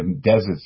deserts